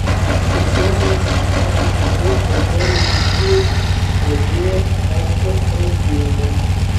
visuomenės sveikatos saugos kontrolės skyriaus vedėja asta razmienė